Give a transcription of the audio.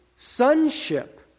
Sonship